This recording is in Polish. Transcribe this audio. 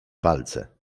palce